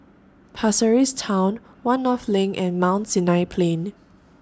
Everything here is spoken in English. Pasir Ris Town one North LINK and Mount Sinai Plain